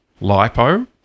lipo